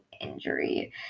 injury